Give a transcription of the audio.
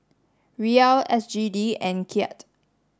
Riyal S G D and Kyat